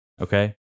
Okay